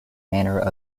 manor